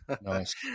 Nice